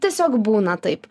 tiesiog būna taip